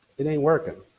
it ain't working.